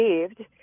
received